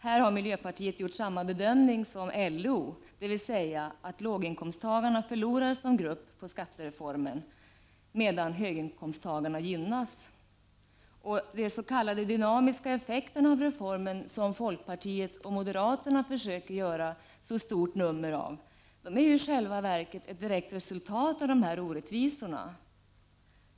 Här har miljöpartiet gjort samma bedömning som LO, dvs. att låginkomsttagarna som grupp förlorar på skattereformen, medan höginkomsttagarna gynnas. De s.k. dynamiska effekterna av reformen, som folkpartiet och moderaterna försöker göra så stort nummer av, är i själva verket att direkt resultat av de här orättvisorna.